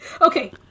Okay